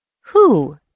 Who